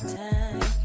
time